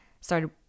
started